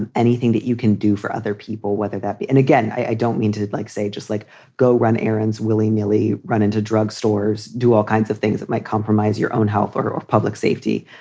and anything that you can do for other people, whether that be. and again, i don't mean to like say just like go run errands willy nilly, run into drug stores, do all kinds of things that might compromise your own health or or public safety.